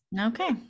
Okay